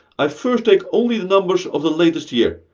i first take only the numbers of the latest year,